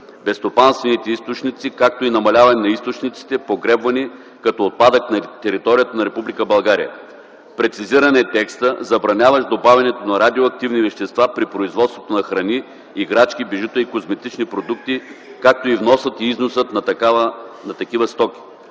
безстопанствените източници, както и намаляване на източниците, погребвани като отпадък на територията на Република България. Прецизиран е текстът, забраняващ добавянето на радиоактивни вещества при производството на храни, играчки, бижута и козметични продукти, както и вноса и износа на такива стоки.